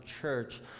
church